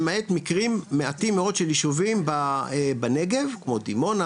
למעט מקרים מעטים מאוד של יישובים בנגב כמו דימונה,